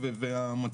רק